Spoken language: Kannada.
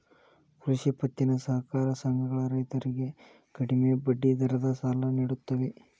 ಕೃಷಿ ಪತ್ತಿನ ಸಹಕಾರ ಸಂಘಗಳ ರೈತರಿಗೆ ಕಡಿಮೆ ಬಡ್ಡಿ ದರದ ಸಾಲ ನಿಡುತ್ತವೆ